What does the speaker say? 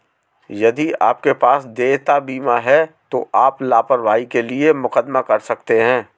यदि आपके पास देयता बीमा है तो आप लापरवाही के लिए मुकदमा कर सकते हैं